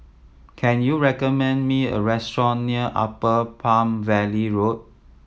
can you recommend me a restaurant near Upper Palm Valley Road